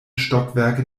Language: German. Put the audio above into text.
stockwerke